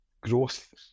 growth